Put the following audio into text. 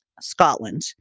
Scotland